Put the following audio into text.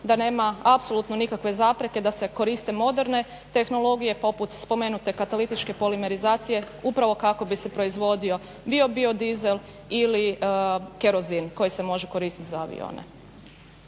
da nema apsolutno nikakve zapreke da se koriste moderne tehnologije poput spomenute katalitičke polimerizacije upravo kako bi se proizvodio bio biodizel ili kerozin koji se može koristit za avione.